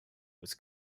was